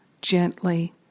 gently